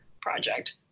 project